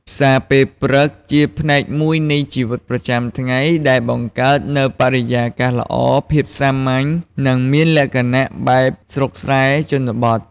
ផ្សារពេលព្រឹកជាផ្នែកមួយនៃជីវិតប្រចាំថ្ងៃ ដែលបង្កើតនូវបរិយាកាសល្អ ភាពសាមញ្ញ និងមានលក្ចណៈបែបស្រុកស្រែ ជនបទ។